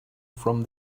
from